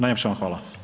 Najljepša vam hvala.